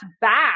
back